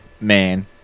man